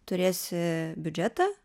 turėsi biudžetą